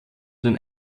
den